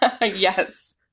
Yes